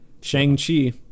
Shang-Chi